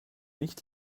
nicht